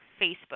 Facebook